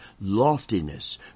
loftiness